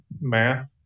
math